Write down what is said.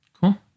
cool